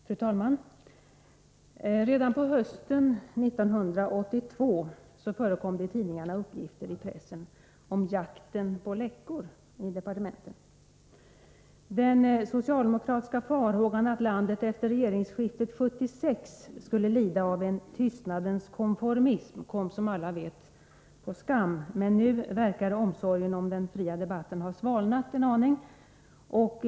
Fru talman! Redan på hösten 1982 förekom det i pressen uppgifter om jakten på läckor i departementen. Socialdemokraternas farhåga för att landet efter regeringsskiftet 1976 skulle lida av en ”tystnadens konformism” kom som vi alla vet så att säga på skam. Men nu verkar omsorgen om den fria debatten ha svalnat en aning.